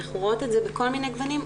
אנחנו רואות את זה בכל מיני גוונים,